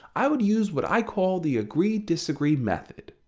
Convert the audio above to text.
i would use what i call the agree disagree method.